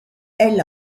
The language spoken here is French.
elle